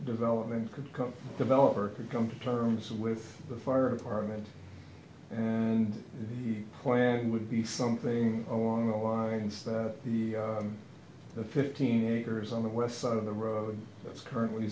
come developer could come to terms with the fire department and plan would be something along the lines that the the fifteen acres on the west side of the road that's currently